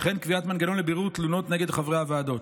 וכן קביעת מנגנון לבירור תלונות נגד חברי הוועדות.